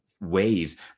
ways